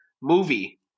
movie